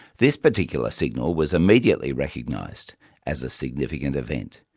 this particular signal was immediately recognised as a significant event,